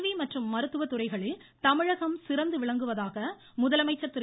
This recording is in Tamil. கல்வி மற்றும் மருத்துவ துறைகளில் தமிழகம் சிறந்து விளங்குவதாக முதலமைச்சர் திரு